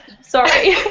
Sorry